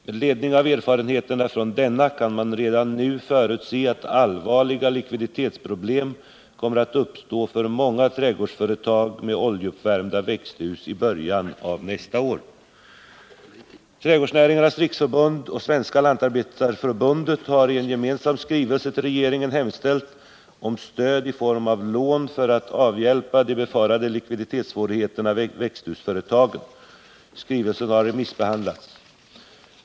Med ledning av erfarenheterna från denna kan man redan nu förutse att allvarliga likviditetsproblem kommer att uppstå för många trädgårdsföretag med oljeuppvärmda växthus i början av nästa år. Trädgårdsnäringens riksförbund och Svenska lantarbetareförbundet har i en gemensam skrivelse till regeringen hemställt om stöd i form av lån för att avhjälpa de befarade likviditetssvårigheterna vid växthusföretagen. Skrivelsen har remissbehandlats.